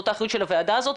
זאת האחריות של הוועדה הזאת,